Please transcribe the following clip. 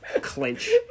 clench